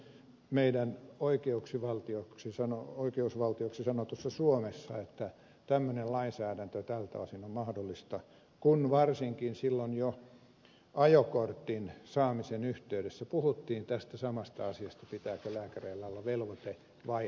meidän oikeuksi valtioksi sanoo oikeusvaltioksi sanotussa suomessa että tämmöinen lainsäädäntö tältä osin on mahdollista kun varsinkin silloin jo ajokortin saamisen yhteydessä puhuttiin tästä samasta asiasta pitääkö lääkäreillä olla velvoite vai oikeus